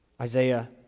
Isaiah